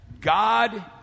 God